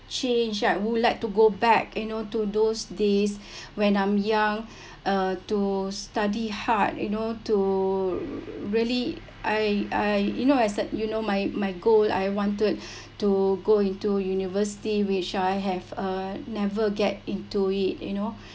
change I would like to go back you know to those days when I'm young uh to study hard you know to really I I you know as a you know my my goal I wanted to go into university which I have uh never get into it you know